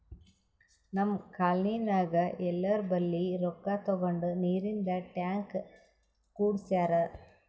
ನಮ್ ಕಾಲ್ನಿನಾಗ್ ಎಲ್ಲೋರ್ ಬಲ್ಲಿ ರೊಕ್ಕಾ ತಗೊಂಡ್ ನೀರಿಂದ್ ಟ್ಯಾಂಕ್ ಕುಡ್ಸ್ಯಾರ್